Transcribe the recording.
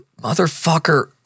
motherfucker